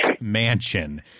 mansion